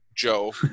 Joe